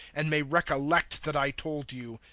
and may recollect that i told you.